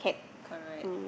correct